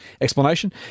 explanation